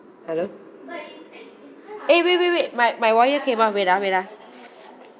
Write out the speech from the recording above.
hello eh wait wait wait my my wire came out wait ah wait ah